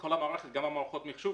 גם במערכות המחשוב